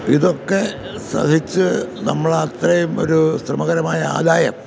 ഇതൊക്കെ സഹിച്ച് നമ്മളത്രയും ഒരു ശ്രമകരമായ ആദായം